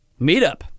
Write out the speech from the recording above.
meetup